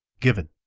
given